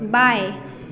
बाएँ